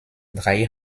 drei